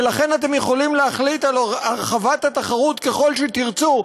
ולכן אתם יכולים להחליט על הרחבת התחרות ככל שתרצו,